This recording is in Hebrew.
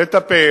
לטפל,